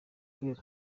kwiga